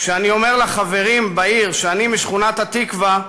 כשאני אומר לחברים בעיר שאני משכונת-התקווה,